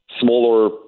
Smaller